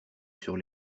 sur